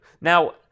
Now